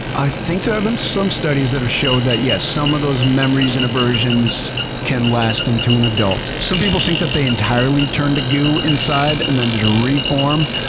i think there have been some studies that have showed that yes, some of those memories and aversions can last into an adult. some people think that they entirely turn to goo inside and then just reform.